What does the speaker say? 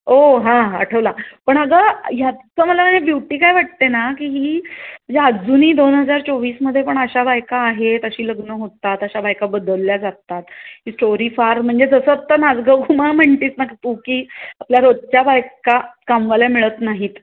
ओ हां आठवला पण अगं ह्याचं मला म्हणजे ब्युटी काय वाटते ना की ही म्हणजे अजूनही दोन हजार चोवीसमध्ये पण अशा बायका आहेत अशी लग्न होतात अशा बायका बदलल्या जातात ही स्टोरी फार म्हणजे जसं तर नाच गं घुमा म्हणतेस ना तू की आपल्या रोजच्या बायका कामवाल्या मिळत नाहीत